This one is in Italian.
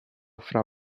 fra